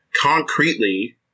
Concretely